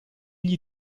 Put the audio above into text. gli